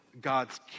God's